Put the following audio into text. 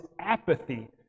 apathy